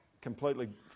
Completely